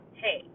hey